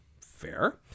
Fair